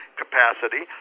capacity